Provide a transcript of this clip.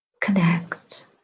connect